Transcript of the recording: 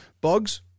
bugs